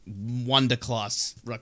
wonder-class